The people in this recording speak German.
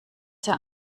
sehr